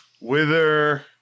Wither